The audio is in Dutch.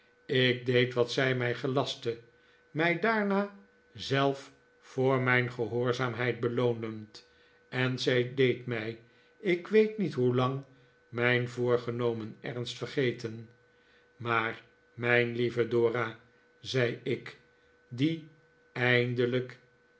ik deed wat zij mij gelastte mij daarna zelf voor mijn gehoorzaamheid beloonend en zij deed mij ik weet niet hoelang mijn voorgenomen ernst vergeten maar mijn lieve dora zei ik dien eindelijk